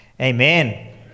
Amen